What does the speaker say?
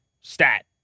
stat